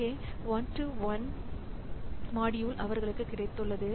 இங்கே one to one module அவர்களுக்கு கிடைத்துள்ளது